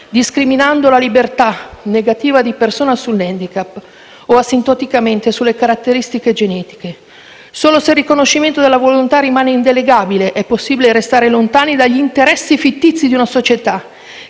discriminando la libertà negativa della persona sull'*handicap* o asintoticamente sulle caratteristiche genetiche. Solo se il riconoscimento della volontà rimane indelegabile è possibile restare lontani dagli interessi fittizi di una società